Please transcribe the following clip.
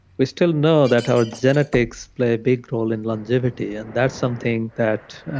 we still know that our genetics play a big role in longevity. and that's something that